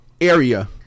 area